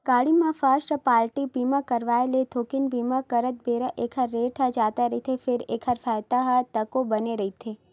गाड़ी म first party बीमा करवाय ले थोकिन बीमा करत बेरा ऐखर रेट ह जादा रहिथे फेर एखर फायदा ह तको बने रहिथे